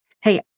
hey